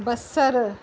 बसर